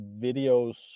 videos